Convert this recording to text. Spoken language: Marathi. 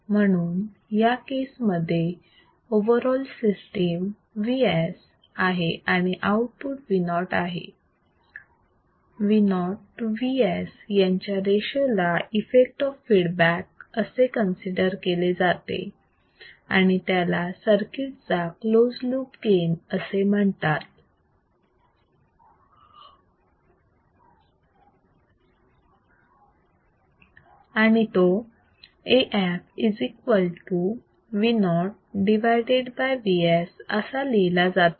म्हणून या केसमध्ये ओव्हर ऑल सिस्टीम Vs आहे आणि आउटपुट Vo आहे Vo to Vs यांच्या रेशो ला इफेक्ट ऑफ फीडबॅक असे कन्सिडर केले आहे आणि त्याला सर्किट चा क्लोज लूप गेन म्हणतात आणि तो AfVoVs असा लिहिला जातो